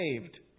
saved